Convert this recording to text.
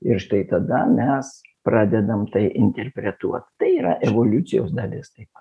ir štai tada mes pradedam tai interpretuot tai yra evoliucijos dalis taip